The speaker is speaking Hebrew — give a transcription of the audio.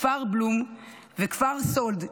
כפר בלום וכפר סאלד,